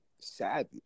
savage